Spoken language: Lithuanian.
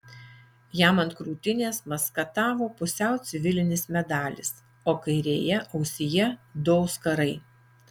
jam ant krūtinės maskatavo pusiau civilinis medalis o kairėje ausyje du auskarai